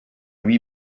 huit